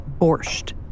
borscht